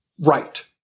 Right